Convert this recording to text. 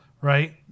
right